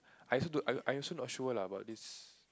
I also don't I I also not sure lah about this